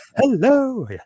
Hello